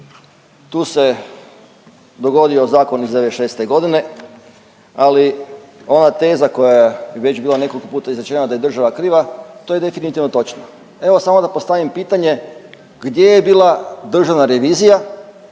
tu se dogodio zakon iz '96.g., ali ona teza koja je već bila nekolko puta izrečena da je država kriva to je definitivno točno. Evo samo da postavim pitanje, gdje je bila Državna revizija